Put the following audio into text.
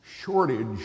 shortage